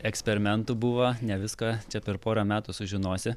eksperimentų buvo ne viską čia per porą metų sužinosi